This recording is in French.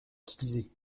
utilisé